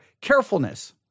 carefulness